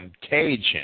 contagion